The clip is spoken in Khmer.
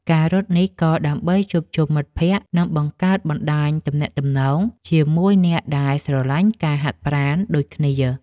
ការរត់នេះ ក៏ដើម្បីជួបជុំមិត្តភក្តិ និងបង្កើតបណ្ដាញទំនាក់ទំនងជាមួយអ្នកដែលស្រឡាញ់ការហាត់ប្រាណដូចគ្នា។